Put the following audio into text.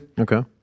okay